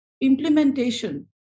implementation